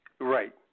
Right